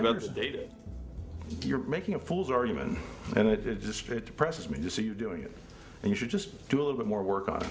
about this data you're making a fool's argument and it is just it depresses me to see you doing it and you should just do a little bit more work on